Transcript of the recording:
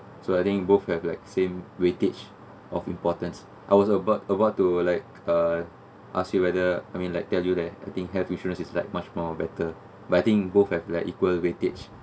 so I think both have like same weightage of importance I was about about to like uh ask you whether I mean like tell you that I think health insurance is like much more better but I think both have like equal weightage